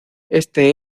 este